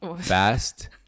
fast